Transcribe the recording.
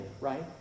right